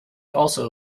also